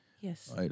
Yes